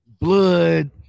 blood